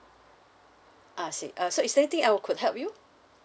I see uh so is there anything I could help you